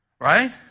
right